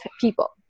people